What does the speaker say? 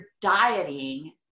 dieting